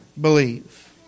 believe